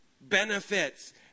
Benefits